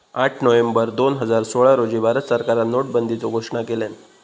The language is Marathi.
आठ नोव्हेंबर दोन हजार सोळा रोजी भारत सरकारान नोटाबंदीचो घोषणा केल्यान